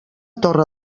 torre